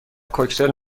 کوکتل